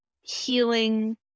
healing